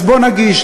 אז בואו נגיש.